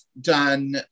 done